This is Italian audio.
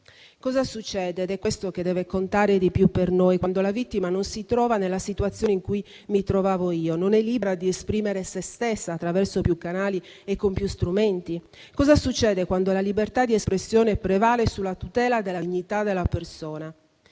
Cosa succede - ed è questo che deve contare di più per noi - quando la vittima non si trova nella situazione in cui mi trovavo io, non è libera di esprimere se stessa attraverso più canali e con più strumenti? Cosa succede quando la libertà di espressione prevale sulla tutela della dignità della persona?